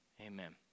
Amen